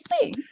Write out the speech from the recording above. see